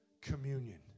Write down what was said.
Communion